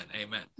Amen